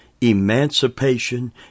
emancipation